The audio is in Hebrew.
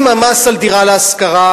אם המס על דירה להשכרה,